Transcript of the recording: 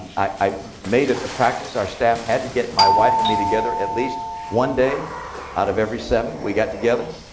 i made it a practice. our staff had to get my wife and me together at least one day out of every seven. we got together.